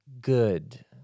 good